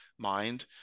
mind